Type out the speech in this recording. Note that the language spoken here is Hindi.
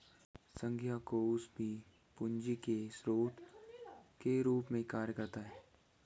संघीय कोष भी पूंजी के स्रोत के रूप में कार्य करता है